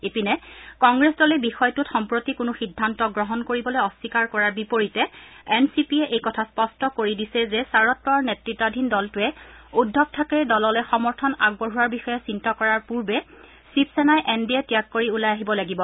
ইপিনে কংগ্ৰেছ দলে বিষয়টোত সম্প্ৰতি কোনো সিদ্ধান্ত গ্ৰহণ কৰিবলৈ অস্বীকাৰ কৰাৰ বিপৰীতে এন চি পি এই কথা স্পষ্ট কৰি দিছে যে শাৰদ পাৱাৰ নেতৃতাধীন দলটোৱে উদ্ধৱ থাকৰেৰ দললৈ সমৰ্থন আগবঢ়োৱাৰ বিষয়ে চিন্তা কৰাৰ পূৰ্বে শিৱসেনাই এন ডি এ ত্যাগ কৰি ওলাই আহিব লাগিব